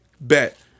bet